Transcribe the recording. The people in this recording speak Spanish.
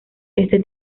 este